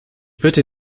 bitte